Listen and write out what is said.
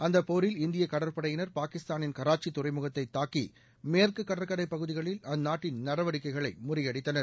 அந்த போரில் இந்திய கடற்படையினர் பாகிஸ்தானின் கராக்சி துறைமுகத்தை தாக்கி மேற்கு கடற்கரை பகுதிகளில் அந்நாட்டின் நடவடிக்கைகளை முறியடித்தனர்